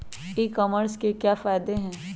ई commerce के क्या फायदे हैं?